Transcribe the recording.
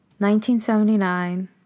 1979